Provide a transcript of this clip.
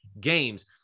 games